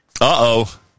Uh-oh